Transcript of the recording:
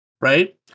right